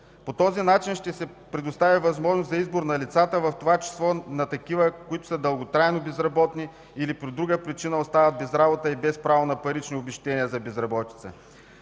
По този начин ще се предостави възможност за избор на лицата, в това число на такива, които са дълготрайно безработни или по друга причина остават без работа и без право на парични обезщетения за безработица,